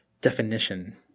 definition